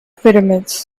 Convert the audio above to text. pyramids